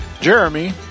Jeremy